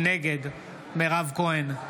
נגד מירב כהן,